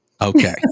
Okay